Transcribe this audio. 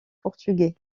portugais